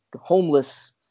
homeless